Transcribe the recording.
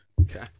Okay